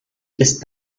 ist